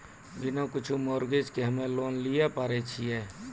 बिना कुछो मॉर्गेज के हम्मय लोन लिये पारे छियै?